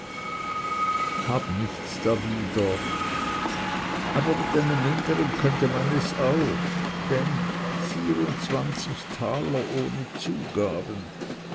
habe nichts dawider aber mit einem mindern könnte man es auch denk vierundzwanzig taler ohne zugaben